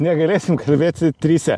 negalėsim kalbėti trise